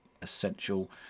essential